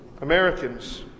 Americans